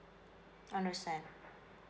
understand